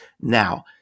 now